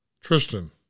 Tristan